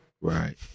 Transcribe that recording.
Right